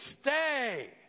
stay